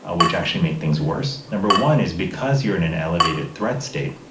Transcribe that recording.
ah which actually make things worse. number one is because you're in an elevated threat state,